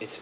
it's